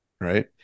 right